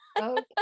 Okay